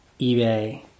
eBay